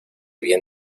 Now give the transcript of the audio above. bien